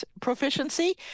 proficiency